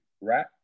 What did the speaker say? right